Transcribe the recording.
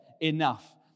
enough